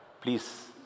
Please